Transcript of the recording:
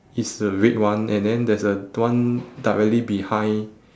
is the red one and then there's a d~ one directly behind